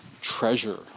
treasure